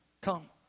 come